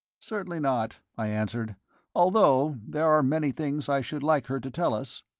certainly not, i answered although there are many things i should like her to tell us.